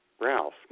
Ralph